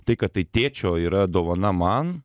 tai kad tai tėčio yra dovana man